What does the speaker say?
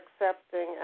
accepting